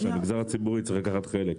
שהמגזר הציבורי צריך לקחת חלק.